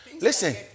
Listen